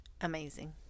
Amazing